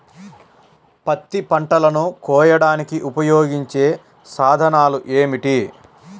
పత్తి పంటలను కోయడానికి ఉపయోగించే సాధనాలు ఏమిటీ?